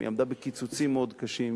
היא עמדה בקיצוצים מאוד קשים,